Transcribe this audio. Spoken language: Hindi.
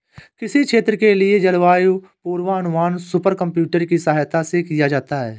किसी क्षेत्र के लिए जलवायु पूर्वानुमान सुपर कंप्यूटर की सहायता से किया जाता है